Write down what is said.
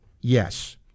Yes